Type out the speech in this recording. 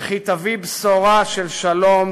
וכי תביא בשורה של שלום